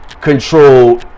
control